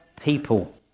people